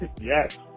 Yes